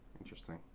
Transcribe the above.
Interesting